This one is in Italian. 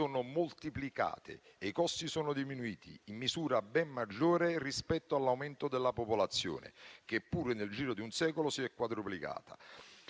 sono moltiplicate e i costi sono diminuiti in misura ben maggiore rispetto all'aumento della popolazione, che pure nel giro di un secolo si è quadruplicata.